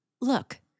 Look